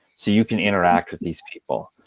so you can interact with these people.